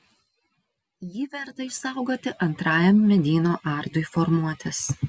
jį verta išsaugoti antrajam medyno ardui formuotis